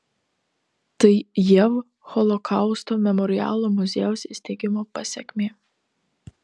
tai jav holokausto memorialo muziejaus įsteigimo pasekmė